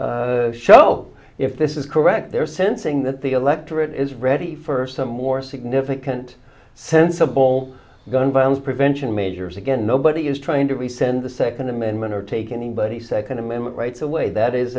show if this is correct they're sensing that the electorate is ready for some more significant sensible gun violence prevention measures again nobody is trying to rescind the second amendment or take anybody second amendment rights away that is